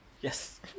yes